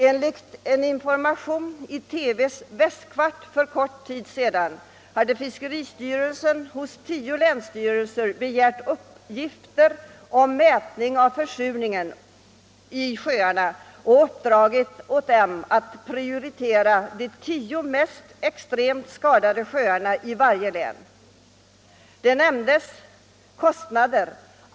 Enligt information i TV:s regionalprogram Västnytt för kort tid sedan hade fiskeristyrelsen hos tio länsstyrelser begärt uppgifter om mätning av försurningen i sjöarna och uppdragit åt dem att göra en prioriteringslista över de tio mest extremt skadade sjöarna i varje län. Det lämnades också kostnadsuppgifter.